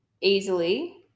easily